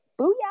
booyah